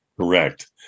Correct